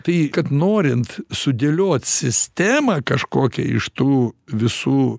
tai kad norint sudėliot sistemą kažkokią iš tų visų